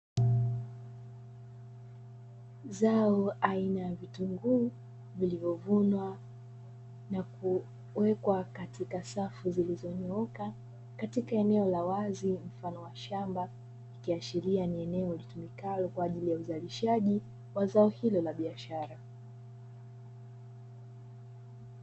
Zao aina ya vitunguu vilivyovunwa na kuwekwa katika safu zilizonyooka katika eneo la wazi mfano wa shamba ikiashiria ni eneo litumikalo kwa ajili ya uzalishaji wa zao hilo la biashara.